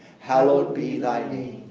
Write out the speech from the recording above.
hallowed be thy name.